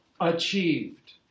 achieved